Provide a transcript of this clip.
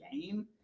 game